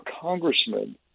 congressman